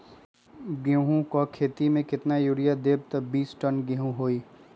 गेंहू क खेती म केतना यूरिया देब त बिस टन गेहूं होई?